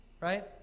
right